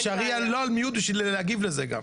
ולא תישארי על מיוט בשביל גם להגיב על זה.